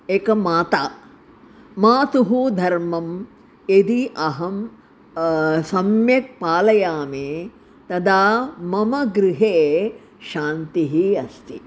एका माता मातुः धर्मं यदि अहं सम्यक् पालयामि तदा मम गृहे शान्तिः अस्ति